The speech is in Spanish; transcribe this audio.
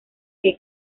que